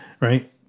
Right